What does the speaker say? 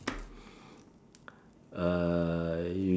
uh